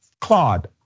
Claude